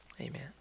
Amen